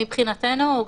מבחינתנו,